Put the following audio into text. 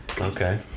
Okay